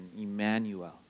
Emmanuel